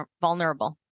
vulnerable